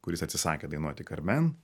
kuris atsisakė dainuoti karmen